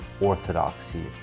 Orthodoxy